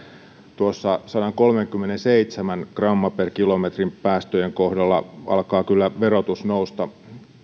tuossa sadankolmenkymmenenseitsemän gramman per kilometri päästöjen kohdalla alkaa kyllä verotus nousta